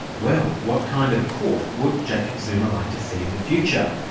well, what kind of court would jacob zuma like to see in the future?